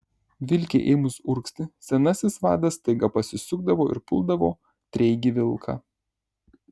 vilkei ėmus urgzti senasis vadas staiga pasisukdavo ir puldavo treigį vilką